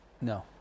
no